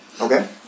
Okay